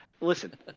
listen